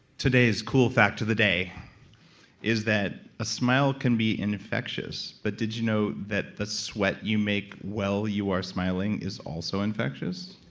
today's cool fact of the day is that a smile can be infectious but did you know that the sweat you make while you are smiling is also infectious?